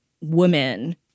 woman